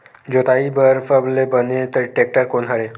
जोताई बर सबले बने टेक्टर कोन हरे?